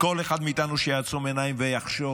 שכל אחד מאיתנו יעצום עיניים ויחשוב